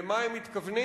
למה הם מתכוונים,